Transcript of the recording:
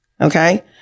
Okay